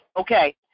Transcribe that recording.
Okay